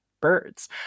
birds